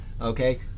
okay